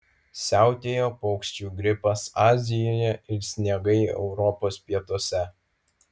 siautėjo paukščių gripas azijoje ir sniegai europos pietuose